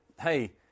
hey